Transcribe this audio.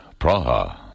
Praha